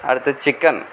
அடுத்தது சிக்கன்